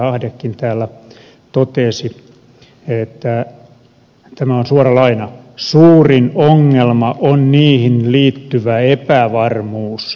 aivan niin kuin puheenjohtaja ahdekin täällä totesi suurin ongelma on niihin liittyvä epävarmuus